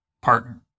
partner